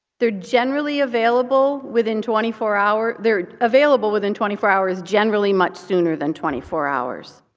they're generally available within twenty four hours they're available within twenty four hours, generally much sooner than twenty four hours.